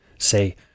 say